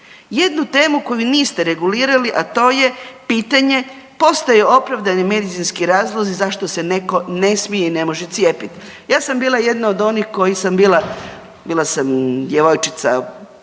Jednu temu koju niste regulirali, a to je pitanje postoji opravdani medicinski razlozi zašto se netko ne smije i ne može cijepiti. Ja sam bila jedna od onih kojih sam bila, bila sam djevojčica